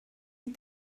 die